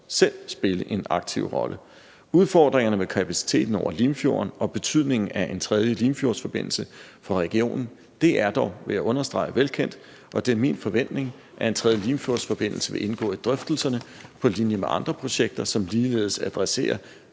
selv spille en aktiv rolle. Udfordringerne med kapaciteten over Limfjorden og betydningen af en tredje Limfjordsforbindelse for regionen er dog, vil jeg understrege, velkendt, og det er min forventning, at en tredje Limfjordsforbindelse vil indgå i drøftelserne på linje med andre projekter, som ligeledes adresserer